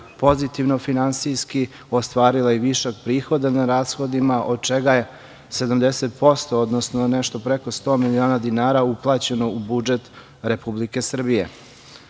pozitivno finansijski, ostvarila je i višak prihoda nad rashodima, od čega je 70% odnosno nešto preko 100 miliona dinara uplaćeno u budžet Republike Srbije. Ono